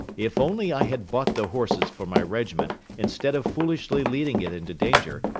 if only i had bought the horses for my regiment instead of foolishly leading it into danger,